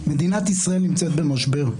מדינת ישראל נמצאת במשבר,